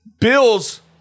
Bill's